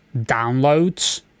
downloads